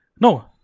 no